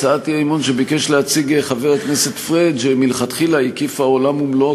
הצעת האי-אמון שביקש להציג חבר הכנסת פריג' מלכתחילה הקיפה עולם ומלואו,